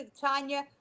Tanya